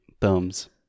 thumbs